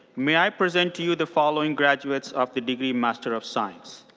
may i present to you the following graduates of the degree master of science.